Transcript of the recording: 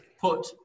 put